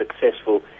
successful